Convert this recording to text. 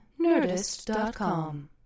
Nerdist.com